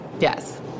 Yes